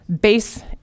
base